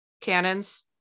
cannons